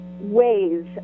ways